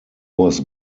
was